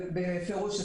בפירוש,